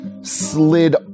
slid